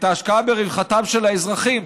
את השקעה ברווחתם של האזרחים,